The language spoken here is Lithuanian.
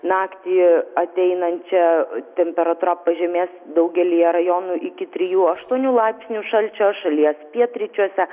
naktį ateinančią temperatūra pažemės daugelyje rajonų iki trijų aštuonių laipsnių šalčio šalies pietryčiuose